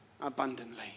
abundantly